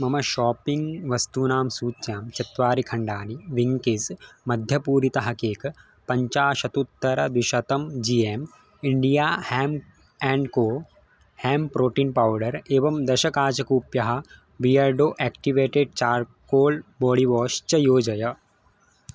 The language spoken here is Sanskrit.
मम शापिङ्ग् वस्तूनां सूच्यां चत्वारि खण्डानि विङ्केस् मध्यपूरितः केक् पञ्चाशदुत्तरद्विशतं G M India hemp and co hemp protein powder एवं दश काचकूप्यः बियर्डो एक्टिवेटेड् चार्कोल् बोडिवाश् च योजय